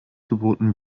geboten